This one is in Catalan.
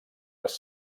les